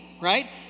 right